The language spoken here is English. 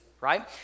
right